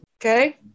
Okay